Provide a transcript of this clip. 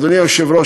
אדוני היושב-ראש,